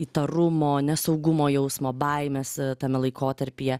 įtarumo nesaugumo jausmo baimės tame laikotarpyje